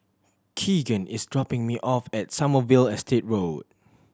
Keegan is dropping me off at Sommerville Estate Road